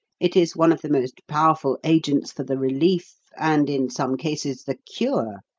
it is one of the most powerful agents for the relief, and, in some cases, the cure,